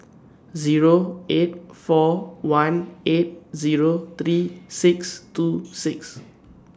Zero eight four one eight Zero three six two six